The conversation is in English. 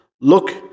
look